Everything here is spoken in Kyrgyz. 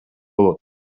болот